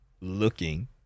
looking